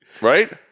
Right